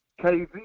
KZ